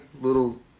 little